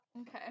Okay